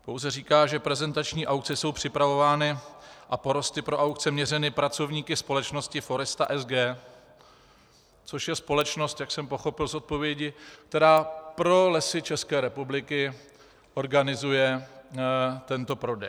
Pouze říká, že prezentační aukce jsou připravovány a porosty pro aukce měřeny pracovníky společnosti Foresta SG, což je společnost, jak jsem pochopil z odpovědi, která pro Lesy ČR organizuje tento prodej.